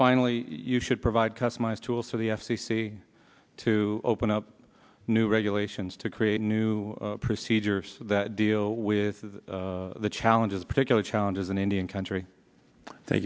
finally you should provide customized tools for the f c c to open up new regulations to create new procedures that deal with the challenges particular challenges in indian country th